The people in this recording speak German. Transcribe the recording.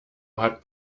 hat